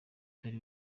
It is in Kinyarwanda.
utari